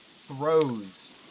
throws